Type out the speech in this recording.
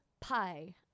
pie